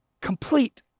complete